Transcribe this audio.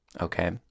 okay